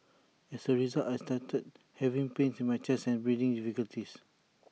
as A result I started having pains in my chest and breathing difficulties